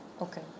Okay